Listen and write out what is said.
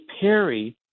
Perry